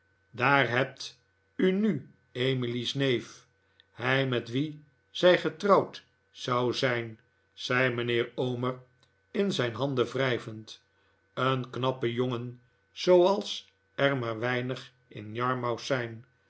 daar hebt u nu emily's neef hij met wien zij getrouwd zou zijn zei mijnheer omer in zijn handen wrijvend een knappe jongen zooals er maar weinig in yarmouth zijn